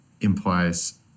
implies